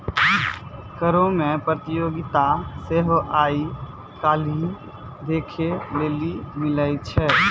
करो मे प्रतियोगिता सेहो आइ काल्हि देखै लेली मिलै छै